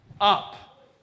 up